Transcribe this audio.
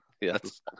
Yes